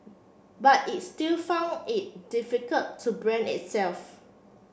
but it still found it difficult to brand itself